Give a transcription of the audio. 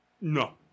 No